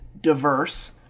diverse